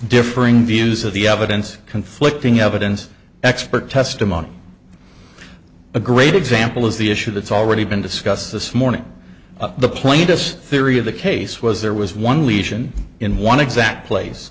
differing views of the evidence conflicting evidence expert testimony a great example is the issue that's already been discussed this morning the plaintiff's theory of the case was there was one lesion in one exact place